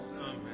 Amen